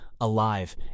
Alive